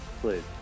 please